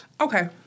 Okay